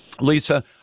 Lisa